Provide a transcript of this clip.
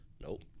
Nope